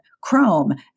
Chrome